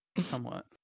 somewhat